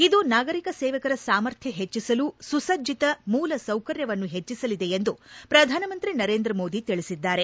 ಇದು ನಾಗರಿಕ ಸೇವಕರ ಸಾಮರ್ಥ್ಯ ಹೆಚ್ಚಿಸಲು ಸುಸಜ್ಜಿತ ಮೂಲಸೌಕರ್ಯವನ್ನು ಹೆಚ್ಚಿಸಲಿದೆ ಎಂದು ಪ್ರಧಾನಮಂತ್ರಿ ನರೇಂದ್ರ ಮೋದಿ ತಿಳಿಸಿದ್ದಾರೆ